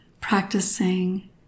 practicing